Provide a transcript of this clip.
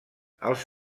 els